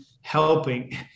helping